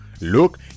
Look